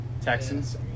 Texans